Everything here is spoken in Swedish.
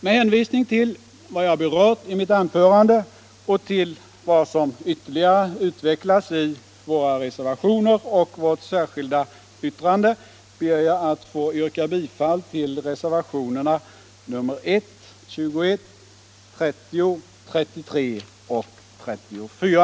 Med hänvisning till vad jag berört i mitt anförande och till vad som ytterligare utvecklas i våra reservationer och vårt särskilda yttrande ber jag att få yrka bifall till reservationerna 1, 21, 30, 33 och 34.